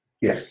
Yes